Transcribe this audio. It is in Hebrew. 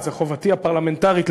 זו חובתי הפרלמנטרית,